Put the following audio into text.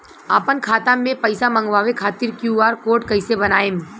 आपन खाता मे पईसा मँगवावे खातिर क्यू.आर कोड कईसे बनाएम?